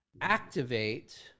activate